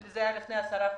זה היה לפני עשרה חודשים.